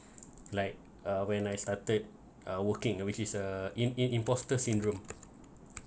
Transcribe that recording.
like uh when I started uh working which is uh in in imposter syndrome